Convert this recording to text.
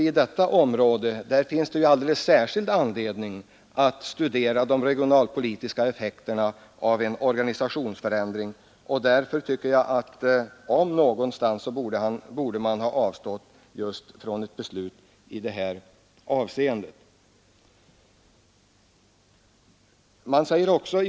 I detta område finns det alldeles särskild anledning att studera de regionalpolitiska effekterna av en organisationsförändring. Just därför tycker jag att man borde ha avstått från ett beslut innan frågan utretts.